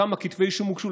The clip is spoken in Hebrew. כמה כתבי אישום הוגשו?